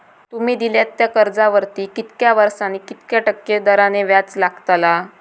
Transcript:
तुमि दिल्यात त्या कर्जावरती कितक्या वर्सानी कितक्या टक्के दराने व्याज लागतला?